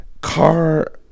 Car